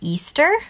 Easter